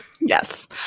Yes